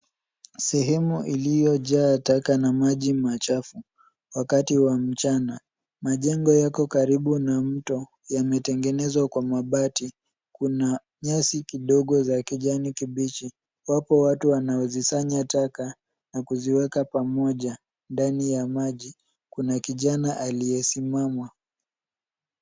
Sehemu iliyojaa taka na maji machafu, wakati wa mchana. Majengo yako karibu na mto, yametengenezwa kwa mabati. Kuna nyasi kidogo za kijani kibichi. Wapo watu wanaozisanya taka na kuziweka pamoja. Ndani ya maji, kuna kijana aliyesimama.